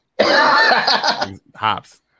Hops